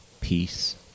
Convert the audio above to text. peace